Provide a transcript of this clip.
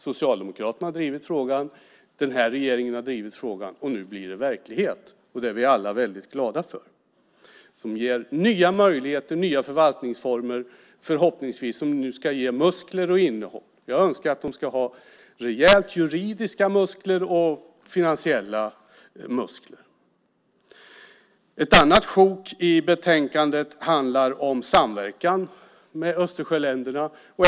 Socialdemokraterna har drivit frågan. Den här regeringen har drivit frågan. Nu blir det verklighet. Det är vi alla väldigt glada för. Det ger nya möjligheter och nya förvaltningsformer som nu förhoppningsvis ska ge muskler och innehåll. Jag önskar att de ska ha rejäla juridiska och finansiella muskler. Ett annat sjok i betänkandet handlar om samverkan med Östersjöländerna.